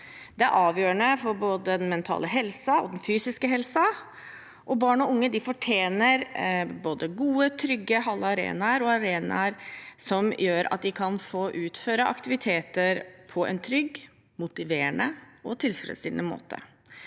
Det er avgjørende for både den mentale og den fysiske helsen, og barn og unge fortjener både gode, trygge hallarenaer og arenaer som gjør at de kan få utføre aktiviteter på en trygg, motiverende og tilfredsstillende måte.